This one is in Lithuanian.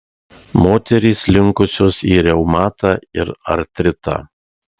moterys linkusios į reumatą ir artritą